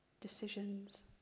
decisions